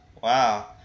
wow